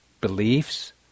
beliefs